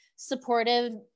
supportive